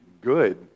good